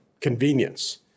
convenience